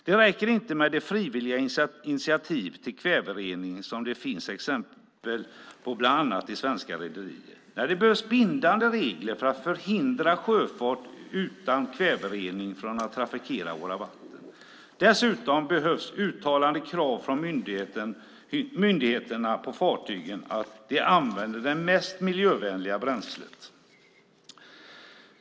Det räcker inte med det frivilliga initiativ till kväverening som det finns exempel på bland annat i svenska rederier. Det behövs bindande regler för att förhindra sjöfart utan kväverening att trafikera våra vatten. Dessutom behövs, från myndigheterna, uttalade krav på fartygen att de använder det mest miljövänliga bränslet.